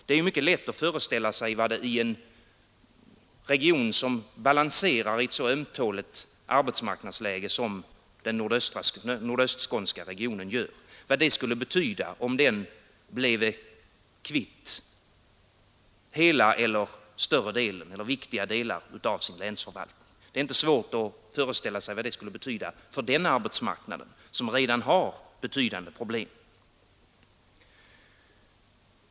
Det är ju mycket lätt att föreställa sig vad det skulle betyda för en region, som balanserar i ett så ömtåligt arbetsmarknadsläge som den nordöstskånska gör, om den bleve av med hela, större delen eller viktiga delar av sin länsförvaltning. Det är inte svårt att föreställa sig vilka konsekvenser det skulle få för den arbetsmarknaden, som redan har betydande problem.